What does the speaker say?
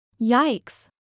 Yikes